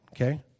okay